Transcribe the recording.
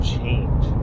Change